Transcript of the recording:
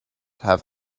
have